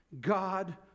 God